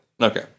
Okay